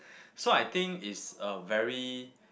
so I think is a very